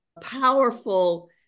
powerful